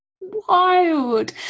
wild